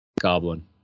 goblin